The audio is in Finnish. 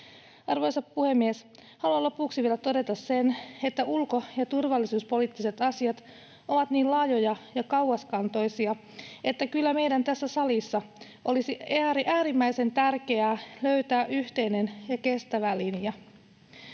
Arvoisa puhemies! Haluan lopuksi vielä todeta sen, että ulko- ja turvallisuuspoliittiset asiat ovat niin laajoja ja kauaskantoisia, että kyllä meidän tässä salissa olisi äärimmäisen tärkeää löytää yhteinen ja kestävä linja,